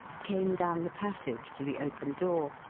came down the passage to the open door,